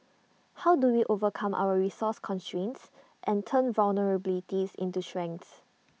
how do we overcome our resource constraints and turn vulnerabilities into strengths